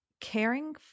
caring